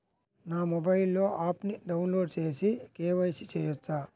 నా మొబైల్లో ఆప్ను డౌన్లోడ్ చేసి కే.వై.సి చేయచ్చా?